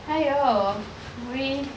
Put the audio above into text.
!haiyo! we